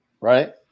right